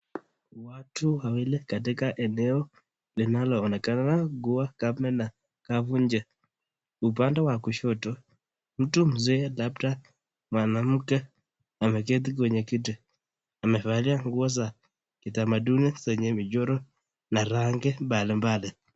Watu wawili katika eneo linaloonekana pane la kafu nje, upande wa kushoto mtu Mzee labda mwanamke ameketi kwenye keti anavalia nguo za kitamaduni zenye mchoro na rangi mbalimbali.